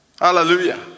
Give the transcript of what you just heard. Hallelujah